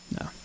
No